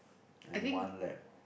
and one lab